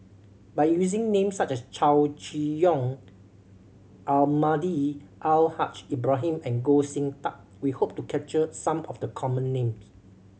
by using names such as Chow Chee Yong Almahdi Al Haj Ibrahim and Goh Sin Tub we hope to capture some of the common names